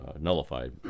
nullified